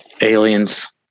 Aliens